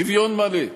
שוויון מלא.